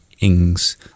Ings